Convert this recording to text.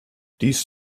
dies